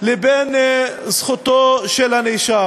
לבין זכותו של הנאשם.